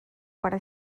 para